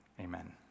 amen